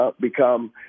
become